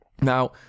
now